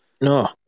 No